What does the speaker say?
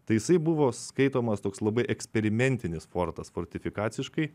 tai jisai buvo skaitomas toks labai eksperimentinis fortas fortifikaciškai